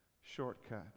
shortcut